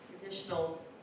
traditional